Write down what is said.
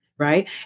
Right